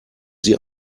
sie